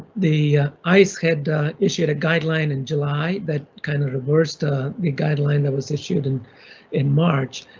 the ice had issued a guideline in july that kind of reversed ah the guideline that was issued and in march,